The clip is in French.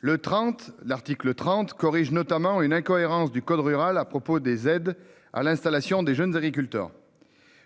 Le 30, l'article 30 corrige notamment une incohérence du code rural à propos des aides à l'installation des jeunes agriculteurs.